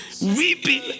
Weeping